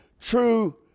true